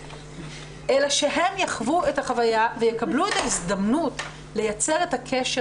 אלא שהם יחוו את החוויה ויקבלו את ההזדמנות לייצר את הקשר